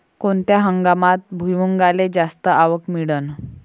कोनत्या हंगामात भुईमुंगाले जास्त आवक मिळन?